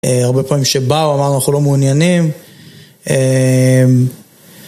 הרבה פעמים שבאו אמרנו אנחנו לא מעוניינים